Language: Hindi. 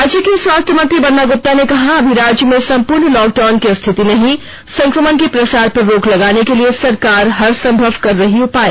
राज्य के स्वास्थ्य मंत्री बन्ना गुप्ता ने कहा अभी राज्य में संपूर्ण लॉकडाउन की स्थिति नहीं संकमण के प्रसार पर रोक लगाने के लिए सरकार हरसंभव कर रही उपाय